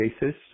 basis